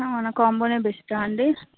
అవునా కాంబోనే బెస్టా అండి